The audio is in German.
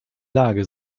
lage